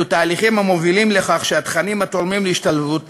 אלו תהליכים המובילים לכך שהתכנים התורמים להשתלבות